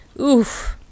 Oof